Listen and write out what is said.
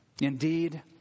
Indeed